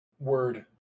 Word